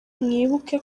mwibuke